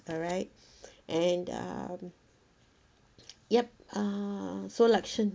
alright and um yup uh so lakshen